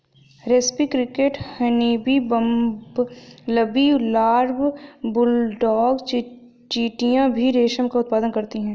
रेस्पी cricket, honeybee, bumblebee larva, bulldog चींटियां भी रेशम का उत्पादन करती हैं